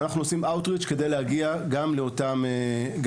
אבל אנחנו עושים אאוט ריצ' כדי להגיע גם לאותם מעונות.